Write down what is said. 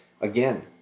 Again